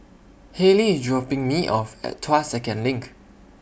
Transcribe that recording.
Halley IS dropping Me off At Tuas Second LINK